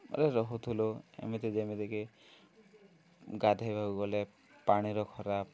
ଆରେ ରହୁଥିଲୁ ଏମିତି ଯେମିତିକି ଗାଧେଇବାକୁ ଗଲେ ପାଣିର ଖରାପ